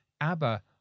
abba